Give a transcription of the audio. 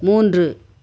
மூன்று